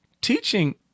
teaching